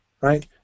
right